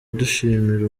dushimira